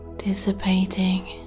dissipating